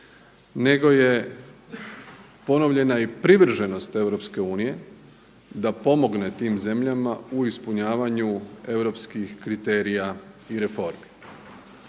nego je ponovljena i privrženost EU da pomogne tim zemljama u ispunjavanju europskih kriterija i reformi.